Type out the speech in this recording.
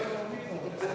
תודה.